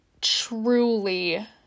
truly